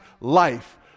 life